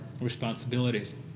responsibilities